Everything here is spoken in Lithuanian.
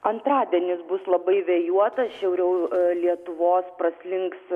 antradienis bus labai vėjuotas šiauriau lietuvos praslinks